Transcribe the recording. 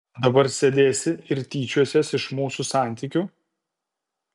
dabar sėdėsi ir tyčiosies iš mūsų santykių